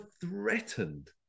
threatened